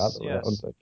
yes